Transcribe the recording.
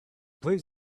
play